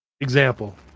Example